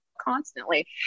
constantly